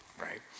right